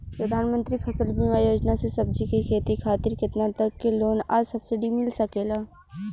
प्रधानमंत्री फसल बीमा योजना से सब्जी के खेती खातिर केतना तक के लोन आ सब्सिडी मिल सकेला?